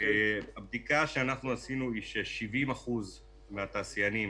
הבדיקה שאנחנו עשינו היא ש-70% מהתעשיינים